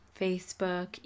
Facebook